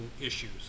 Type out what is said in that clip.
issues